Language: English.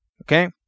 Okay